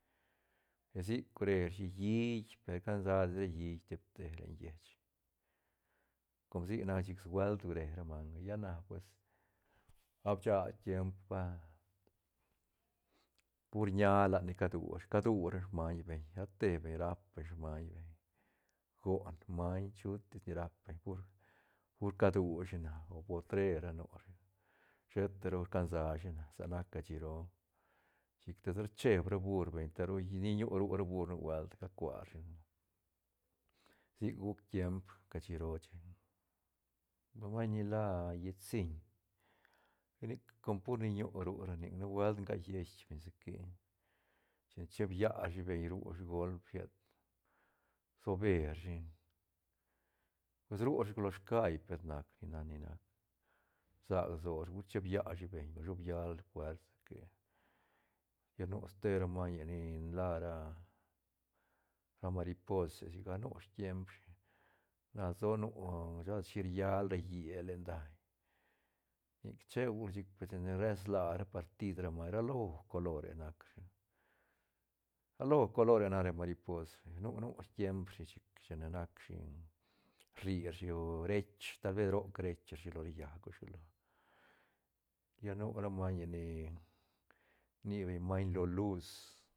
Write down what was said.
Sic bre rashi hiit per cansa tis ra hiit dep te len lleich con sic nac suelt bre ra manga lla na pues ba bcha tiemp ba pur ña lat ni cadushi, cadu ra smaiñ beñ rate rap beñ smaiñ beñ goon maiñ chutis ni rap beñ pur- pur cadu shi na o potrer a nushi sheta ru rcan sashi na sa nac cashi roo chic tasa rcheeb ra bur beñ ta ro len ñu ru ra bur nubuelt ca cuarashi sic guc tiemp cashi roo chic, maiñ ni la llitsiñ nic com pur leñu ru ra nic nubuelt nga lles beñ sique chin cheeb llashi beñ rushi golp ried su berashi pues ru rashi lo scai pet nac ni nac rsag lsoshi hui cheeb llashi beñ bal shobial puert que lla nu ste ra mañe ni lara ra maripose sigac nu stiemp shi na lsoa nu sol chin rial ra yíe len daiñ nic cheu chic pe chin resla ra partid ra maiñ ralo colore nac rashi ralo colore nac ra maripos nu- nu stiemp rashi chic chine nac shi rri rashi o rech tal ves roc rech rashi lo ra llaäc shilo lla nu ra mañe ni rni beñ maiñ lo luz.